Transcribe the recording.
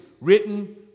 written